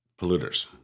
Polluters